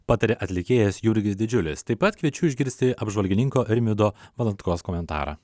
pataria atlikėjas jurgis didžiulis taip pat kviečiu išgirsti apžvalgininko rimvydo valatkos komentarą